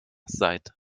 seid